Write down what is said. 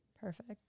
Perfect